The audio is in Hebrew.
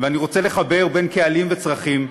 ואני רוצה לחבר בין קהלים וצרכים,